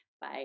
bye